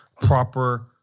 proper